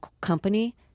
company